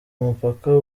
mupaka